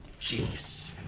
Jeez